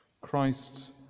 Christ's